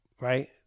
Right